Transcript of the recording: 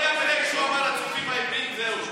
צופי ים, ברגע שהוא אמר הצופים העבריים, זהו.